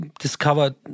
discovered